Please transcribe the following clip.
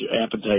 appetite